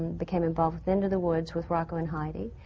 became involved with into the woods with rocco and heidi.